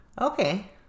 Okay